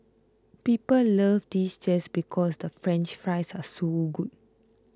people love this just because the French Fries are so good